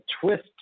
twist